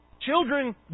Children